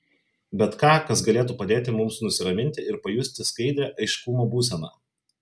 bet ką kas galėtų padėti mums nusiraminti ir pajusti skaidrią aiškumo būseną